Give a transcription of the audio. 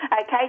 Okay